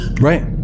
Right